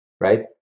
right